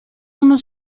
uno